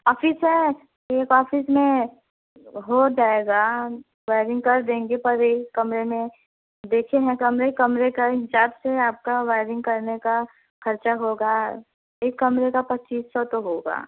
office है एक office में हो जाएगा वायरिंग कर देंगे पर एक कमरे में देखेंगे कमरे कमरे का हिसाब से है आपका वायरिंग करने का खर्चा होगा एक कमरे का पच्चीस सौ तो होगा